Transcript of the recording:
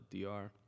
DR